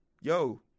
yo